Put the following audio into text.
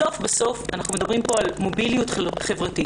בסוף אנחנו מדברים פה על מוביליות חברתית,